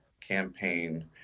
campaign